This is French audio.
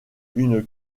une